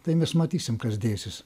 tai mes matysim kas dėsis